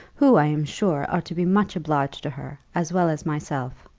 who, i am sure, ought to be much obliged to her, as well as myself.